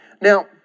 Now